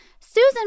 Susan